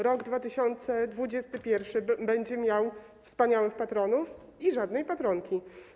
Rok 2021 będzie miał wspaniałych patronów i żadnej patronki.